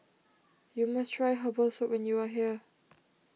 you must try Herbal Soup when you are here